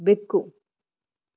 ಬೆಕ್ಕು